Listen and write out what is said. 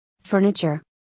Furniture